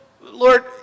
Lord